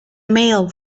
male